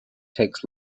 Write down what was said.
takes